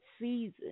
season